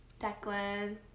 Declan